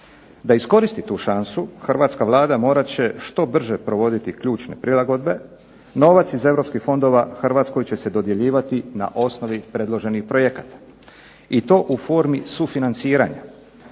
Da iskoristi tu šansu Hrvatska vlada morat će što brže provoditi ključne prilagodbe, novac iz Europskih fondova Hrvatskoj će se dodjeljivati na osnovi predloženih projekata i to u formi sufinanciranja.